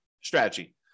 strategy